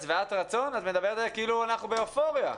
את מדברת כאילו אנחנו באופוריה.